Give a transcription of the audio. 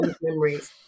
memories